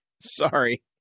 Sorry